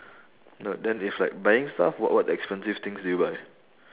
uh then if like buying stuff what what expensive things do you buy